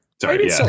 Sorry